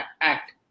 act